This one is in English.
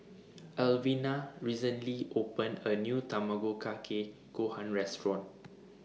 Evelena recently opened A New Tamago Kake Gohan Restaurant